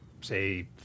say